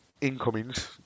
incomings